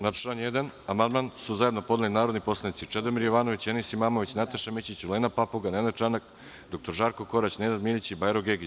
Na član 1. amandman su zajedno podneli narodni poslanici Čedomir Jovanović, Enis Imamović, Nataša Mićić, Olena Papuga, Nenad Čanak, dr Žarko Korać, Nenad Milić i Bajro Gegić.